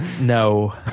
No